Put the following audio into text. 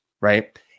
right